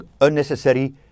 unnecessary